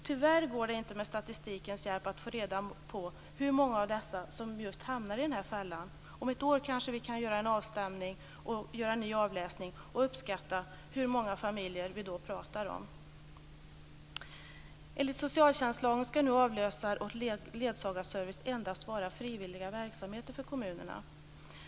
Tyvärr går det inte med statistikens hjälp att få reda på hur många av dessa som just hamnar i den här fällan. Om ett år kanske vi kan göra en avstämning. Då kan vi göra en ny avläsning och uppskatta hur många familjer vi pratar om. Enligt socialtjänstlagen skall nu avlösar och ledsagarservice endast vara frivilliga verksamheter för kommunerna.